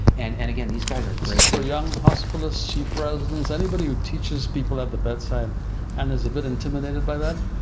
and and again, these guys are great this is for young hospitalists, chief residents, anybody who teaches people at the bedside and is a bit intimidated by that,